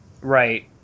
Right